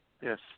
Yes